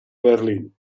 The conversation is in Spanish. berlín